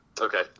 Okay